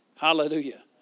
Hallelujah